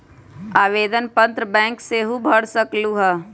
आवेदन पत्र बैंक सेहु भर सकलु ह?